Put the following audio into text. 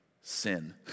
Sin